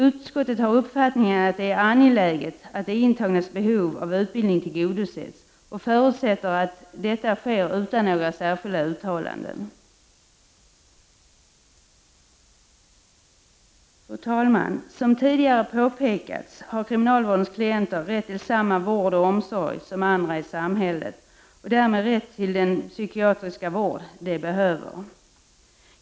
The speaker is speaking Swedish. Utskottet har uppfattningen att det är angeläget att de intagnas behov av utbildning tillgodoses och förutsätter att detta sker utan några särskilda uttalanden. Fru talman! Som tidigare har påpekats har kriminalvårdens klienter rätt till samma vård och omsorg som andra i samhället och därmed rätt till den psykiatriska vård som de behöver.